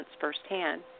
firsthand